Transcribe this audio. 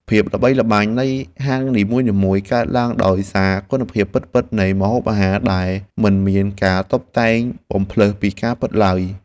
ភាពល្បីល្បាញនៃហាងនីមួយៗកើតឡើងដោយសារគុណភាពពិតៗនៃម្ហូបអាហារដែលមិនមានការតុបតែងបំផ្លើសពីការពិតឡើយ។